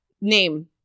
Name